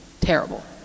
Terrible